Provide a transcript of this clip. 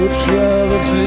troubles